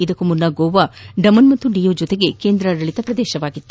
ಇದಕ್ಕೂ ಮುನ್ನ ಗೋವಾ ಡಾಮನ್ ಮತ್ತು ಡಿಯು ಜೊತೆಗೆ ಕೇಂದ್ರಾಡಳಿತ ಪ್ರದೇಶವಾಗಿತ್ತು